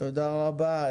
תודה רבה.